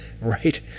right